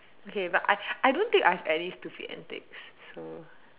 okay but I I don't think I have any stupid antics so